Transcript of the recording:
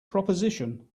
proposition